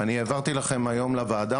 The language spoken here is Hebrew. העברתי אליכם היום לוועדה,